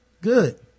Good